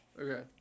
Okay